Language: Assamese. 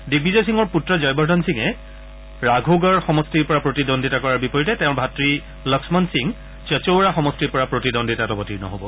দিগ্বিজয় সিঙৰ পুত্ৰ জয়বৰ্ধন সিঙে ৰাঘোগড় সমষ্টিৰ পৰা প্ৰতিন্দ্বন্দ্বিতা কৰাৰ বিপৰীতে তেওঁৰ ভাতৃ লক্ষণ সিঙে চাচৌৰা সমষ্টিৰ পৰা প্ৰতিদ্বন্দ্বিতাত অৱতীৰ্ণ হ'ব